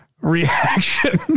reaction